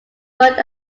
worked